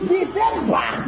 December